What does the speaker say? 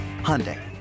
Hyundai